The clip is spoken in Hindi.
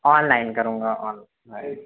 ऑनलाइन करूँगा ऑनलाइन